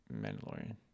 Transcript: mandalorian